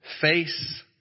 face